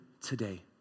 today